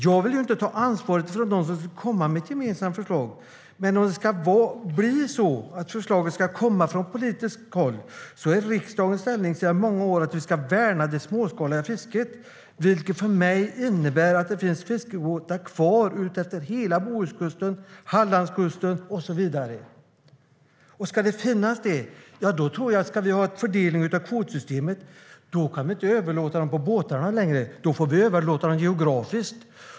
Jag vill inte ta ansvaret från dem som ska komma med ett gemensamt förslag, men om förslaget ska komma från politiskt håll är riksdagens ställning sedan många år att vi ska värna det småskaliga fisket, vilket för mig innebär att det finns fiskebåtar kvar utefter hela Bohuskusten, Hallandskusten och så vidare. Om vi ska ha ett system med fördelning av kvoter kan vi inte överlåta dem på båtarna längre. Då får vi överlåta dem geografiskt.